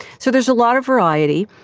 so there's a lot of variety.